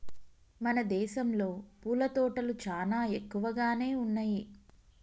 మన దేసంలో పూల తోటలు చానా ఎక్కువగానే ఉన్నయ్యి